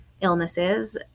illnesses